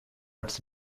its